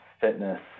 fitness